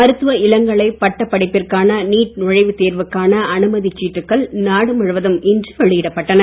மருத்துவ இளங்கலை பட்டப்படிப்பிற்கான நீட் நுழைவுத் தேர்வுக்கனா அனுமதிச் சீட்டுக்கள் நாடு முழுவதும் இன்று வெளியிடப்பட்டன